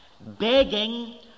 begging